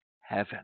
heaven